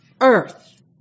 earth